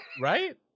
right